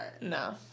No